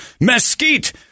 mesquite